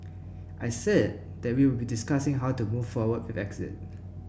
I said that we would be discussing how to move forward with exit